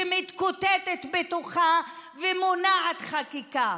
שמתקוטטת בתוכה ומונעת חקיקה.